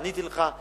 עניתי לך.